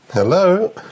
Hello